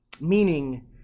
Meaning